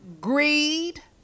greed